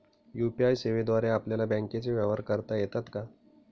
UPI सेवेद्वारे आपल्याला बँकचे व्यवहार करता येतात का?